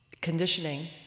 conditioning